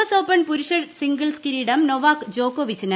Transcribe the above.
S Open പുരുഷ്ട് സിംഗിൾസിൽ കിരീടം നൊവാക് ജോക്കോവിച്ചിന്